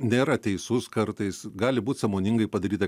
nėra teisus kartais gali būt sąmoningai padaryta